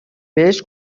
بهش